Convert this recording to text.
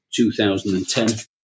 2010